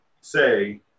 say